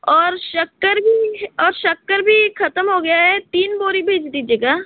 और शक्कर भी और शक्कर भी ख़त्म हो गया है तीन बोरी भेज दीजिएगा